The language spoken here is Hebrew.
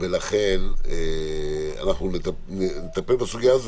ולכן אנחנו נטפל בסוגיה הזאת,